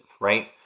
right